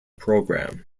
program